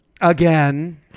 again